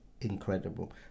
incredible